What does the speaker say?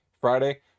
friday